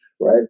right